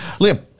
Liam